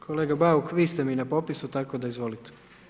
Kolega Bauk, vi ste mi na popisu tako da izvolite.